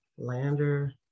Lander